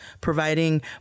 providing